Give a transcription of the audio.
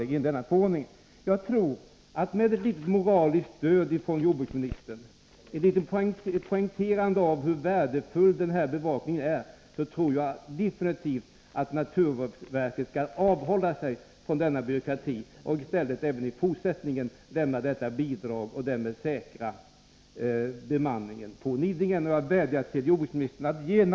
Jag tror att naturvårdsverket med litet moraliskt stöd från jordbruksministern, ett litet poängterande av hur värdefull den här bevakningen är, säkert skulle avhålla sig från denna byråkrati och i stället även i fortsättningen lämna bidrag och därmed säkra bemanningen på Nidingen.